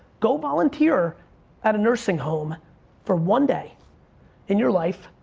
go volunteer at a nursing home for one day in your life.